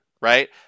right